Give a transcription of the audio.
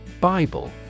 Bible